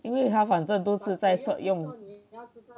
因为他反正都是在算用